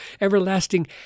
everlasting